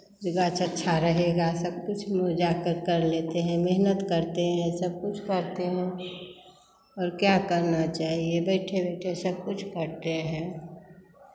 जो गाछ अच्छा रहेगा सब कुछ जाकर कर लेते हैं मेहनत करते हैं सब कुछ करते हैं और क्या करना चाहिए बैठे बैठे सब कुछ करते हैं